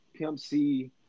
Pmc